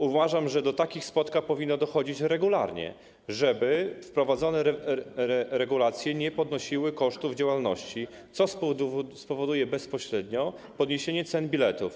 Uważam, że do takich spotkań powinno dochodzić regularnie, żeby wprowadzone regulacje nie podnosiły kosztów działalności, co spowoduje bezpośrednio podniesienie cen biletów.